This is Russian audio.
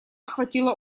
охватило